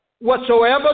whatsoever